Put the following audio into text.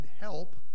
help